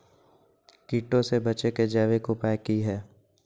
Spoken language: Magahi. कीटों से बचे के जैविक उपाय की हैय?